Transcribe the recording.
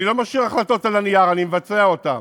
אני לא משאיר החלטות על הנייר, אני מבצע אותן